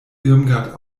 irmgard